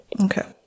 Okay